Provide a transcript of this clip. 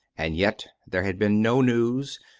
and yet there had been no news,